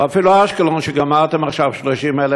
או אפילו אשקלון, שגמרתם עכשיו 30,000